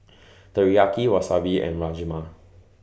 Teriyaki Wasabi and Rajma